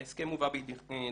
ההסכם הובא בפניכם.